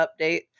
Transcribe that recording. update